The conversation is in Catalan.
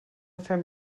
fem